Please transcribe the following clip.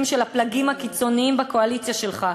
של הפלגים הקיצוניים בקואליציה שלך.